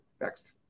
next